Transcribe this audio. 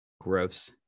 Gross